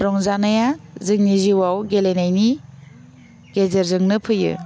रंजानाया जोंनि जिउआव गेलेनायनि गेजेरजोंनो फैयो